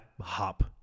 HOP